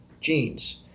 genes